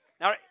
Now